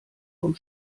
vom